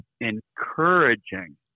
encouraging